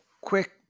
quick